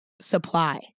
supply